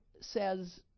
says